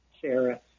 Sarah